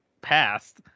passed